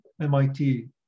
MIT